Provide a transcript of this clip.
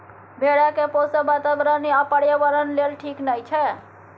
भेड़ा केँ पोसब बाताबरण आ पर्यावरण लेल ठीक नहि छै